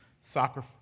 soccer